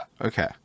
okay